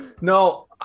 no